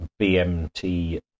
BMT